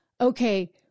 okay